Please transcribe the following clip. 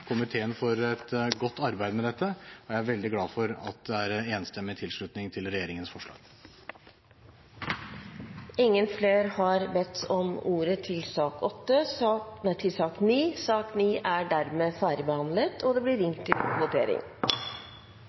komiteen for et godt arbeid med dette, og jeg er veldig glad for at det er en enstemmig tilslutning til regjeringens forslag. Flere har ikke bedt om ordet til sak nr. 9. Det ser ut til at Stortinget da er